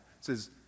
says